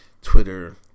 Twitter